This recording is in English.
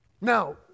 Now